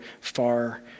far